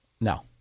No